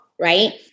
right